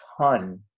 ton